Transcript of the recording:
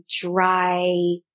dry